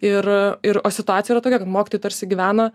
ir ir o situacija yra tokia kad mokytojai tarsi gyvena